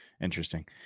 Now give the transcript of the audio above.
Interesting